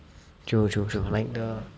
true true true like err